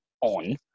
on